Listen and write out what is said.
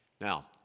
Now